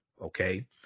Okay